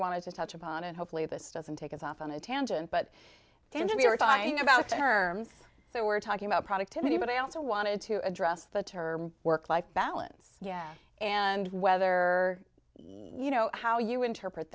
wanted to touch upon and hopefully this doesn't take us off on a tangent but then to me we're talking about terms so we're talking about productivity but i also wanted to address the term work life balance and whether you know how you interpret